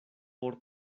por